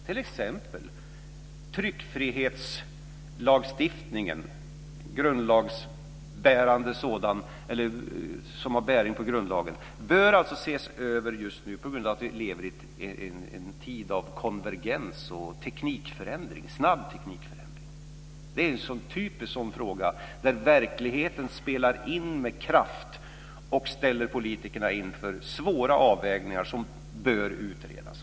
T.ex. bör tryckfrihetslagstiftningen, som har bäring på grundlagen, alltså ses över just nu på grund av att vi lever i en tid av konvergens och snabb teknikförändring. Det är en typisk sådan fråga där verkligheten spelar in med kraft och ställer politikerna inför svåra avvägningar som bör utredas.